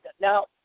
Now